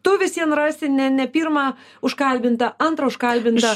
tu vis vien rasi ne ne pirmą užkalbintą antrą užkalbintą